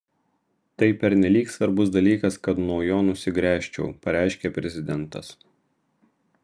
tai pernelyg svarbus dalykas kad nuo jo nusigręžčiau pareiškė prezidentas